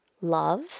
love